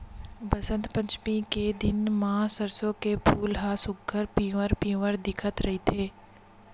बसंत पचमी के दिन म सरसो के फूल ह सुग्घर पिवरा पिवरा दिखत रहिथे